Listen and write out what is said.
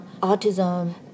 autism